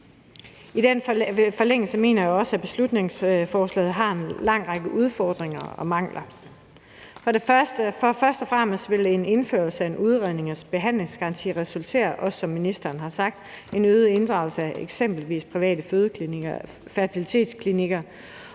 I forlængelse af det mener jeg også, at beslutningsforslaget har en lang række udfordringer og mangler. For det første vil en indførelse af en udrednings- og behandlingsgaranti, som ministeren også har sagt, resultere i en øget inddragelse af eksempelvis private fødeklinikker og fertilitetsklinikker,